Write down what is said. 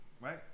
right